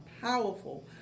powerful